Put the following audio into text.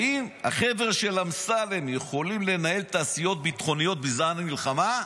האם החבר'ה של אמסלם יכולים לנהל תעשיות ביטחוניות בזמן מלחמה?